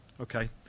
Okay